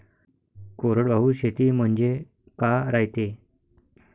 कोरडवाहू शेती म्हनजे का रायते?